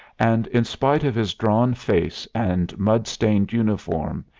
and, in spite of his drawn face and mud-stained uniform,